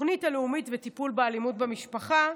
התוכנית הלאומית לטיפול באלימות במשפחה,